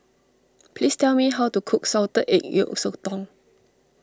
please tell me how to cook Salted Egg Yolk Sotong